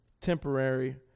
temporary